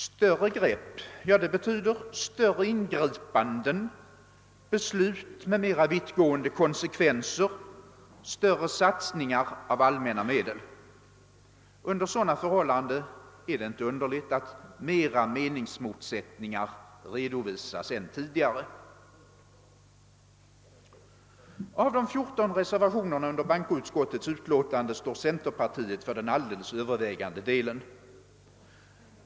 Större grepp betyder större ingripanden, beslut med mera vittgående konsekvenser, större satsningar av allmänna medel. Under sådana förhållanden är det inte underligt att flera meningsmotsättningar redovisas nu än tidigare. Av de 14 reservationerna i bankoutskottets utlåtande svarar centerpartiet för den alldeles övervägande delen.